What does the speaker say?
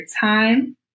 time